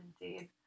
indeed